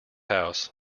house